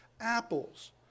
apples